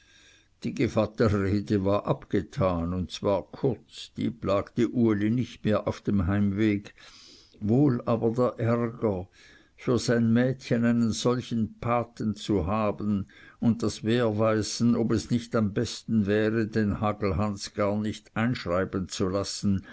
die gevatterrede war abgetan und zwar kurz die plagte uli nicht mehr auf dem heimweg wohl aber der ärger für sein mädchen einen solchen paten zu haben und das werweisen ob es nicht am besten wäre den hagelhans gar nicht einschreiben zu lassen